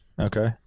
Okay